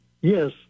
Yes